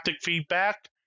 feedback